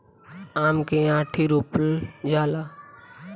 आम के आंठी रोपल जाला